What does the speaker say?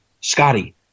Scotty